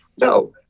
no